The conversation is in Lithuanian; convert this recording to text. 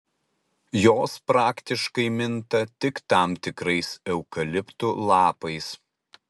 jos praktiškai minta tik tam tikrais eukaliptų lapais